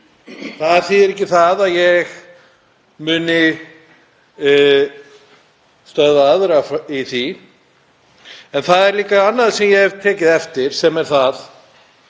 það þýðir ekki að ég muni stöðva aðra í því. Það er líka annað sem ég hef tekið eftir en það